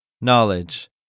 Knowledge